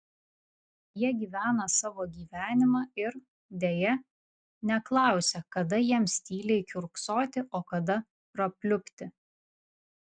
jie gyvena savo gyvenimą ir deja neklausia kada jiems tyliai kiurksoti o kada prapliupti